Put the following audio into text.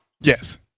Yes